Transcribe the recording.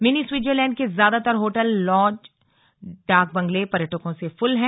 mini Switzerland के ज्यादातर hotel lodge डांक बंगले पयर्टकों से फुल हैं